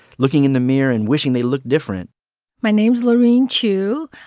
looking in the mirror and wishing they looked different my name's laureen chew,